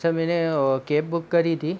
sir मैंने cab book करी थी